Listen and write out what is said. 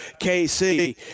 KC